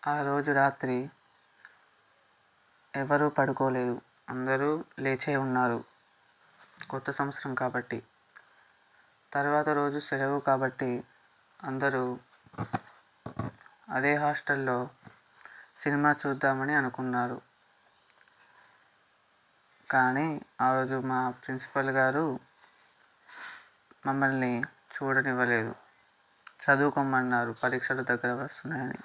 ఆ రోజు రాత్రి ఎవరూ పడుకోలేదు అందరూ లేచే ఉన్నారు కొత్త సంవత్సరం కాబట్టి తరువాత రోజు సెలవు కాబట్టి అందరూ అదే హాస్టల్లో సినిమా చూద్దామని అనుకున్నారు కానీ ఆ రోజు మా ప్రిన్సిపల్ గారు మమ్మల్ని చూడనివ్వలేదు చదువుకొమ్మన్నారు పరీక్షలు దగ్గరకి వస్తున్నాయని